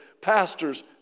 pastors